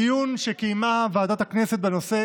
בדיון שקיימה ועדת הכנסת בנושא